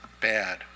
bad